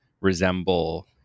resemble